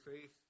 faith